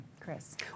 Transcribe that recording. CHRIS